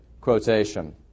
quotation